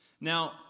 Now